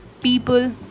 People